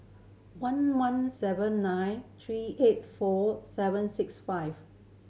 one one seven nine three eight four seven six five